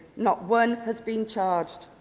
not one has been charged.